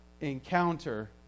encounter